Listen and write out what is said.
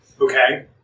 Okay